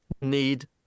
need